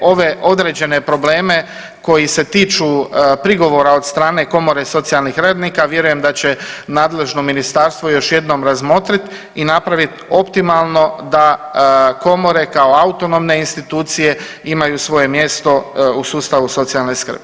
Ove određene probleme koji se tiču prigovora od strane komore socijalnih radnika vjerujem da će nadležno ministarstvo još jednom razmotrit i napravit optimalno da komore kao autonomne institucije imaju svoje mjesto u sustavu socijalne skrbi.